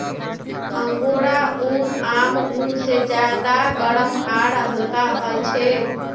angora ऊन आम ऊन से ज्यादा गर्म आर हल्का ह छे